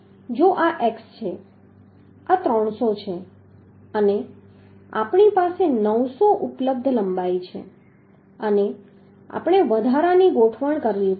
આપણે લંબાઈ આ રીતે શોધી શકીએ છે જો આ X છે આ 300 છે અને આપણી પાસે 900 ઉપલબ્ધ લંબાઈ છે અને આપણે વધારાની ગોઠવણ કરવી પડશે